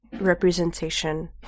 representation